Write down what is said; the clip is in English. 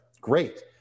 great